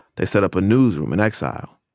they set up a newsroom in exile.